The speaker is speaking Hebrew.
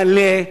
מלא,